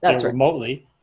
remotely